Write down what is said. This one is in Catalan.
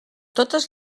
totes